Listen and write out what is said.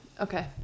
Okay